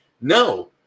No